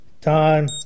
Time